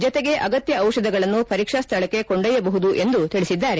ಜತೆಗೆ ಅಗತ್ಯ ಔಷಧಗಳನ್ನು ಪರೀಕ್ಷಾ ಸ್ಥಳಕ್ಕೆ ಕೊಂಡಯ್ಯಬಹುದು ಎಂದು ತಿಳಿಸಿದ್ದಾರೆ